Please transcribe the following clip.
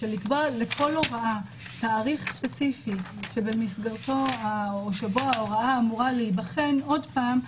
שלקבוע לכל הוראה תאריך ספציפי שבו ההוראה אמורה להיבחן עוד פעם,